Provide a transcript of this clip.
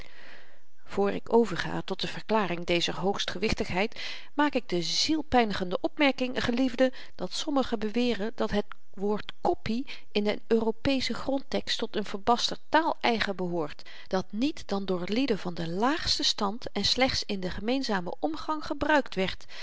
voor ik overga tot de verklaring dezer hoogstgewichtigheid maak ik de zielpynigende opmerking geliefden dat sommigen beweren dat het woord koppie in den europeeschen grondtekst tot een verbasterd taaleigen behoort dat niet dan door lieden van den laagsten stand en slechts in den gemeenzamen omgang gebruikt werd